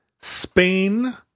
Spain